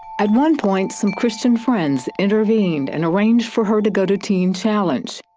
at one point some christian friends intervened and arranged for her to go to teen challenge.